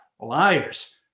liars